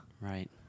Right